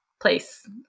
place